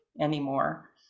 anymore